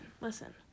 listen